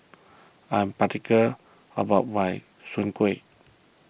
I am particular about my Soon Kuih